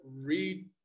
read